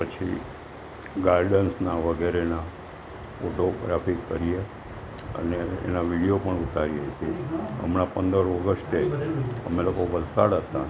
પછી ગાર્ડન્સના વગેરેના ફોટોગ્રાફી કરીએ અને એના વિડિયો પણ ઉતારીએ હમણાં પંદર ઓગસ્ટે અમે લોકો વલસાડ હતા